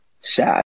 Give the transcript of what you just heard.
sad